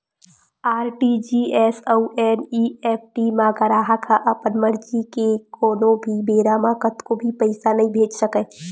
RTGS अउ NEFT म गराहक ह अपन मरजी ले कोनो भी बेरा म कतको भी पइसा नइ भेज सकय